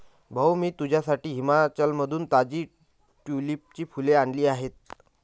भाऊ, मी तुझ्यासाठी हिमाचलमधून ताजी ट्यूलिपची फुले आणली आहेत